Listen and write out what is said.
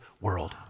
world